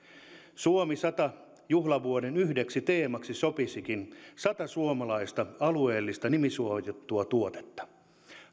suomi sadan juhlavuoden yhdeksi teemaksi sopisikin sata suomalaista alueellista nimisuojattua tuotetta